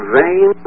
vain